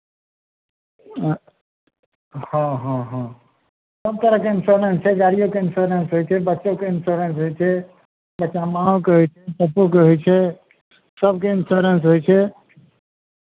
हँ हँ हँ हँ सभ तरहके इन्श्योरेन्स छै गाड़िओके इन्सोरेन्स होइ छै बच्चोके इन्श्योरेन्स होइ छै बच्चा माँओके होइ छै पप्पोके होइ छै सभके इन्श्योरेन्स होइ छै